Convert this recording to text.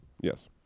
Yes